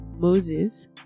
Moses